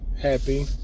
happy